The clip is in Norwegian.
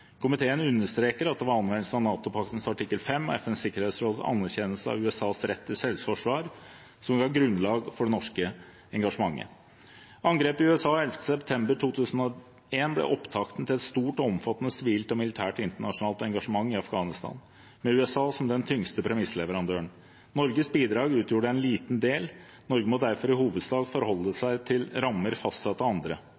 Komiteen understreker at det var anvendelsen av NATO-paktens artikkel 5 og FNs sikkerhetsråds anerkjennelse av USAs rett til selvforsvar som ga grunnlag for det norske engasjementet. Angrepet i USA 11. september 2001 ble opptakten til et stort og omfattende sivilt og militært internasjonalt engasjement i Afghanistan, med USA som den tyngste premissleverandøren. Norges bidrag utgjorde en liten del. Norge måtte derfor i hovedsak forholde